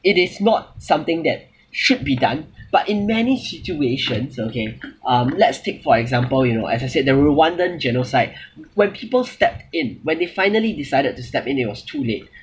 it is not something that should be done but in many situations okay um let's take for example you know as I said the rwandan genocide when people stepped in when they finally decided to step in it was too late